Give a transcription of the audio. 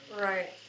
Right